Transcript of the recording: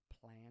plan